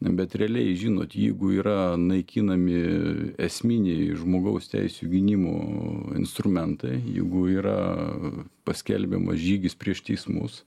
bet realiai žinot jeigu yra naikinami esminiai žmogaus teisių gynimo instrumentai jeigu yra paskelbiamas žygis prieš teismus